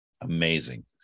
Amazing